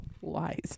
Wise